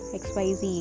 xyz